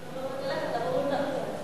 אף אחד לא אומר להם ללכת, למה אומרים לנו ללכת?